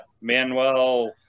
Manuel